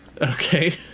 Okay